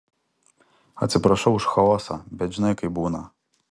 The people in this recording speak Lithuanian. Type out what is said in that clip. atsiprašau už chaosą bet žinai kaip būna